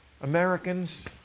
Americans